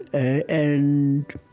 and,